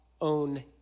own